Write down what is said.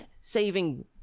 saving